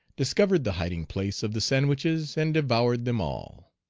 discovered the hiding-place of the sandwiches and devoured them all.